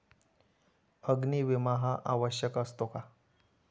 अग्नी विमा हा आवश्यक असतो का?